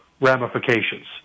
ramifications